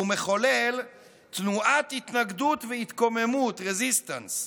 מחולל תנועת ההתנגדות וההתקוממות (resistance)